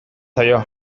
zaio